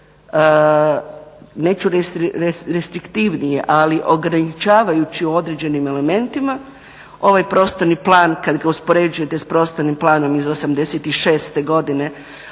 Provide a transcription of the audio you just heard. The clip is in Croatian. reći restriktivnije ali ograničavajuće u određenim elementima, ovaj prostorni plan kada ga uspoređujete s prostornim planom iz '86.godine